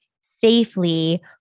safely